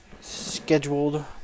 scheduled